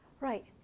Right